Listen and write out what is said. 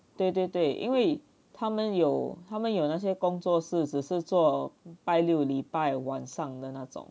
对对对因为他们有他们有那些工作是只是做拜六礼拜晚上的那种